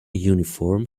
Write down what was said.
uniform